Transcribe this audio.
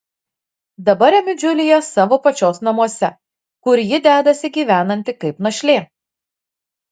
dabar remiu džiuliją savo pačios namuose kur ji dedasi gyvenanti kaip našlė